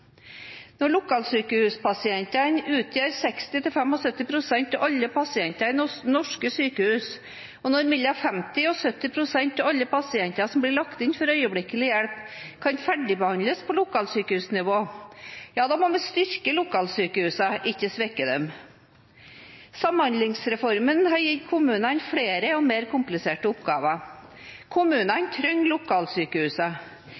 Når lokalsykehuspasientene utgjør 60–75 pst. av alle pasienter i norske sykehus, og når 50–70 pst. av alle pasienter som blir lagt inn for øyeblikkelig hjelp, kan ferdigbehandles på lokalsykehusnivå – ja, da må vi styrke lokalsykehusene, ikke svekke dem. Samhandlingsreformen har gitt kommunene flere og mer kompliserte oppgaver,